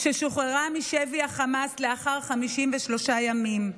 ששוחררה משבי החמאס לאחר 53 ימים,